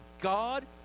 God